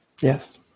Yes